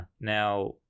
Now